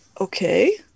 Okay